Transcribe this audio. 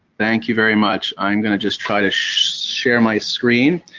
thank you very much. i'm going to just try to share my screen.